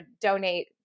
donate –